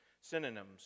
synonyms